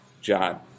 John